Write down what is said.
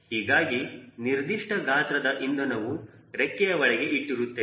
ಹೀಗಾಗಿ ನಿರ್ದಿಷ್ಟ ಗಾತ್ರದ ಇಂಧನವು ರೆಕ್ಕೆಯ ಒಳಗೆ ಇಟ್ಟಿರುತ್ತೇವೆ